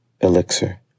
Elixir